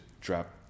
drop